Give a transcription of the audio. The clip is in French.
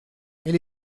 elle